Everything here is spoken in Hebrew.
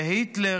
להיטלר,